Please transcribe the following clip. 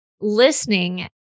listening